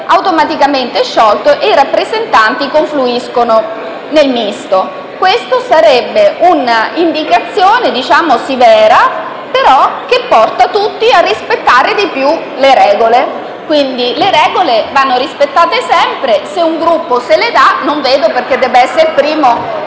automaticamente sciolto e i rappresentanti confluiscono nel Gruppo Misto. Questa è un'indicazione severa, che però porterebbe tutti a rispettare di più le regole: le regole vanno rispettate sempre e, se un Gruppo se le dà, non vedo perché debba essere il primo